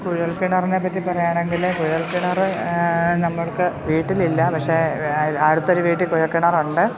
കുഴൽക്കിണറിനെപ്പറ്റി പറയുകയാണെങ്കില് കുഴൽക്കിണര് നമുക്ക് വീട്ടിലില്ല പക്ഷേ അടുത്തൊരു വീട്ടില് കുഴൽക്കിണറുണ്ട്